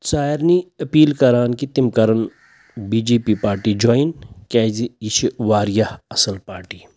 سارنی أپیٖل کَران کہِ تِم کَرَن بی جے پی پارٹی جایِن کیٛازِ یہِ چھِ واریاہ اَصٕل پارٹی